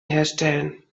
herstellen